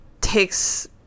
takes